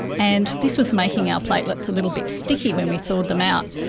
and this was making our platelets a little bit sticky when we thawed them out.